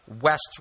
West